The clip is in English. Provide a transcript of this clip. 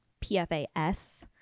PFAS